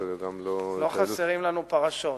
לא חסרות לנו פרשות.